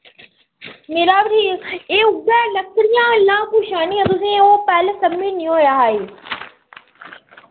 मेरा बी ठीक एह् उय्यै लकड़ियां वल्ला पुच्छा नी तुसें ओ पैह्ले